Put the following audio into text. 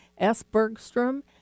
Sbergstrom